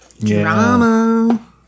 Drama